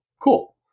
Cool